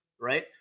Right